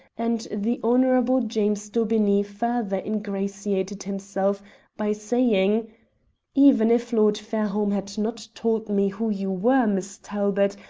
and the honourable james daubeney further ingratiated himself by saying even if lord fairholme had not told me who you were, miss talbot,